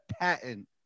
patent